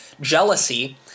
jealousy